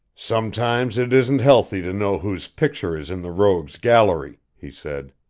sometimes it isn't healthy to know whose picture is in the rogues' gallery! he said.